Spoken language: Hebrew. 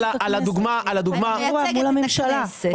כי אני מייצגת את הכנסת.